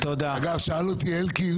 זה מבחינה פרוצדורלית ולכן,